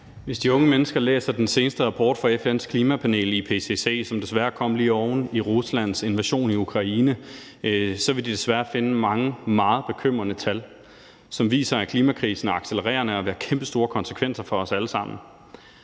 Hvis de unge mennesker læser den seneste rapport fra FN's klimapanel, IPCC, som desværre kom lige oven i Ruslands invasion af Ukraine, så ville de desværre finde mange meget bekymrende tal, som viser, at klimakrisen er accelererende og vil have kæmpestore konsekvenser for os alle sammen.